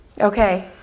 Okay